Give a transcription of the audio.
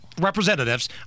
Representatives